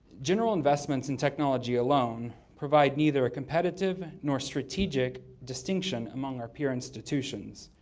general investments in technology alone provide neither a competitive nor strategic distinction among our peer institutions.